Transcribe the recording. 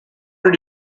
did